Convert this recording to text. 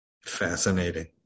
Fascinating